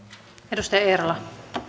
arvoisa